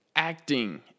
Acting